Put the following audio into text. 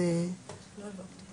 אז תעבירו את ההצעה.